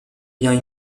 biens